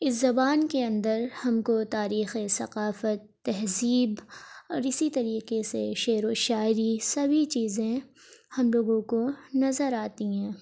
اس زبان کے اندر ہم کو تاریخی ثقافت تہذیب اور اسی طریقے سے شعر و شاعری سبھی چیزیں ہم لوگوں کو نظر آتی ہیں